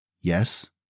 Yes